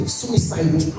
suicide